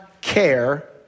care